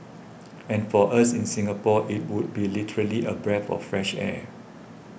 and for us in Singapore it would be literally a breath of fresh air